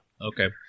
Okay